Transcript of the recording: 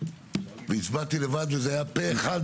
והצבעתי לבד פה אחד.